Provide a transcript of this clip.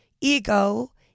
ego